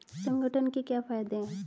संगठन के क्या फायदें हैं?